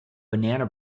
banana